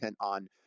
on